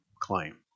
claim